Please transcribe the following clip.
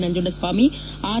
Nanjundaswamy R